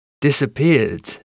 disappeared